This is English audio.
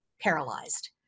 paralyzed